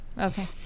Okay